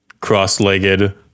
cross-legged